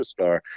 superstar